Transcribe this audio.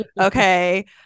okay